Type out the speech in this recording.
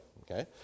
okay